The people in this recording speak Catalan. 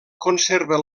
conserva